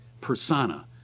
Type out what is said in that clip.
persona